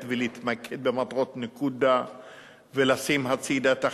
ולהתמקד במטרות נקודה ולשים הצדה את ה"חמאס"